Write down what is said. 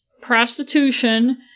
prostitution